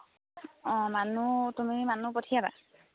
অঁ মানুহ তুমি মানুহ পঠিয়াবা